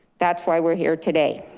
that's why we're here today.